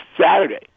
Saturday